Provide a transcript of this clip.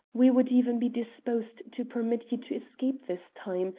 we would even be disposed to permit you to escape this time,